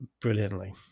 brilliantly